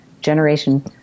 generation